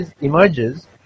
emerges